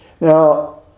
Now